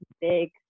big